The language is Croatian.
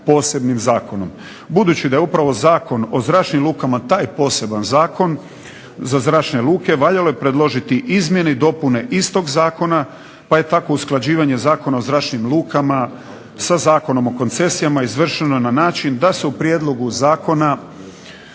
posebnim zakonom. Budući da je upravo Zakon o zračnim lukama taj poseban Zakon za zračne luke valjalo je predložiti izmjene i dopune istoga zakona, pa je tako usklađivanje Zakona o zračnim lukama sa Zakonom o koncesijama izvršeno na način da se u prijedlogu zakona